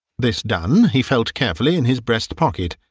this done, he felt carefully in his breast-pocket,